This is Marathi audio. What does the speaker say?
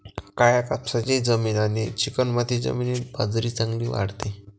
काळ्या कापसाची जमीन आणि चिकणमाती जमिनीत बाजरी चांगली वाढते